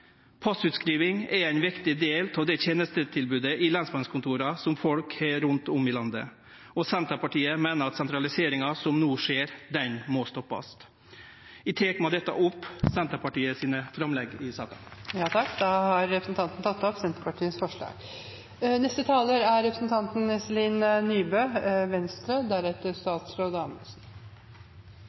Passutskriving er ein viktig del av tenestetilbodet ved lensmannskontora rundt om i landet, og Senterpartiet meiner at sentraliseringa som no skjer, må stoppast. Eg tek med dette opp Senterpartiets framlegg i saka. Representanten Geir Inge Lien har tatt opp de forslagene han refererte til. Politireformen er